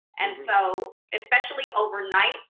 and so, especially overnight,